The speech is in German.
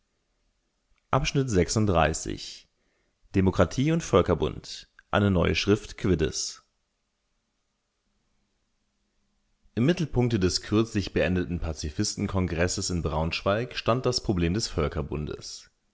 volks-zeitung demokratie und völkerbund eine neue schrift quiddes im mittelpunkte des kürzlich beendeten pazifistenkongresses in braunschweig stand das problem des